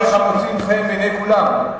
אלדד,